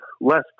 less